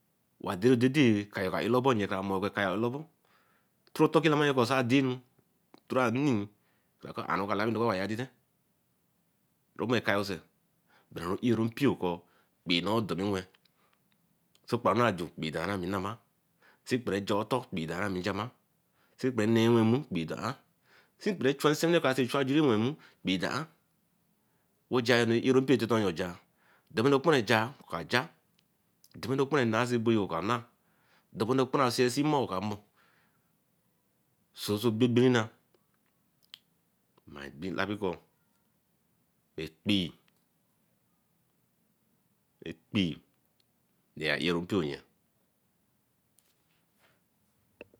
Wa dey ro dey dey oo akayo ka elabor tin oka talka sa dey enu through out nini ba kor aru oka eadiden, ro mo ekayo sey a ero mpio kor kpee nou dorunwen. So okparanwo aju, ekpee dor ran me nama, tin kpere jio otor ekpee do an ami jamar. Tinpere chua nsewine kor a see ajuri wen nmu, ekpee do-an wo jar enu eteron mpio jar, jaberenu oka kparan jar oka ja, karabenu okapenru nah soebo oka na dubu oneē oka kparan seemor oka mor, soso gbin nna. Mai bin labikor ekpee ba erun mpio yen